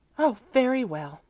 oh, very well,